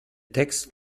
text